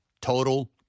total